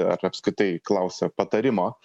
ar apskritai klausia patarimo